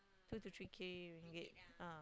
two to three K ringgit ah